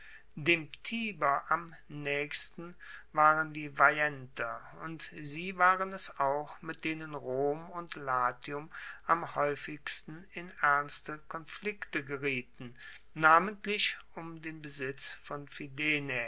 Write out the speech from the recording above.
dem tiber am naechsten waren die veienter und sie waren es auch mit denen rom und latium am haeufigsten in ernste konflikte gerieten namentlich um den besitz von